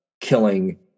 killing